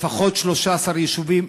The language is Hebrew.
לפחות 13 יישובים,